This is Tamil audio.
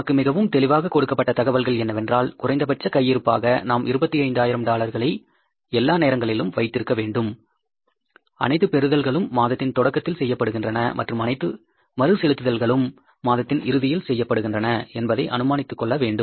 நமக்கு மிகவும் தெளிவாக கொடுக்கப்பட்ட தகவல்கள் என்னவென்றால் குறைந்தபட்ச கையிருப்பாக நாம் இருபத்தைந்தாயிரம் டாலர்களை எல்லா நேரங்களிலும் வைத்திருக்க வேண்டும் அனைத்து பெறுதல்களும் மாதத்தின் தொடக்கத்தில் செய்யப்படுகின்றன மற்றும் அனைத்து மறுசெலுத்துதல்களும் மாதத்தின் இறுதியில் செய்யப்படுகின்றன என்பதை அனுமானித்துக்கொள்ள வேண்டும்